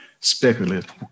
speculative